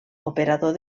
operador